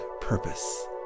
purpose